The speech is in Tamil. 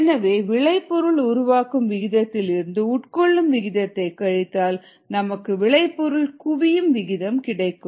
எனவே விளைபொருள் உருவாக்கும் விகிதத்தில் இருந்து உட்கொள்ளும் விகிதத்தை கழித்தால் நமக்கு விளைபொருள் குவியும் விகிதம் கிடைக்கும்